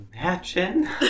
imagine